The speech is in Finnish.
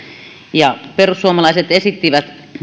perussuomalaiset esittivät